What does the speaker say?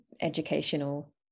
educational